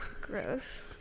Gross